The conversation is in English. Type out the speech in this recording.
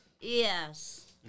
Yes